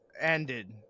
ended